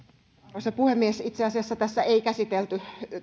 arvoisa puhemies itse asiassa tässä ei käsitelty